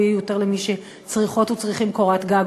יהיו יותר למי שצריכות וצריכים קורת-גג,